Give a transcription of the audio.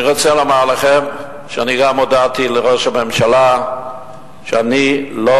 אני רוצה לומר לכם שאני גם הודעתי לראש הממשלה שאני לא